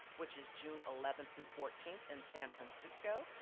which is june eleven through fourteenth in san francisco.